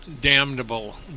damnable